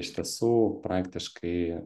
iš tiesų praktiškai